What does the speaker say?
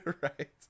Right